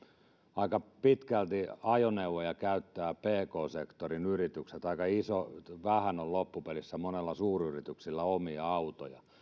aika pitkälti ajoneuvoja käyttävät pk sektorin yritykset aika vähän on loppupelissä monella suuryrityksellä omia autoja